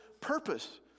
purpose